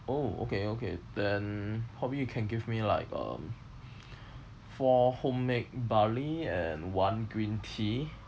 oh okay okay then probably you can give me like um four homemade barley and one green tea